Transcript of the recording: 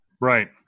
Right